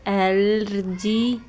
allergy